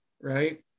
right